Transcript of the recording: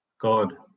God